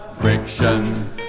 friction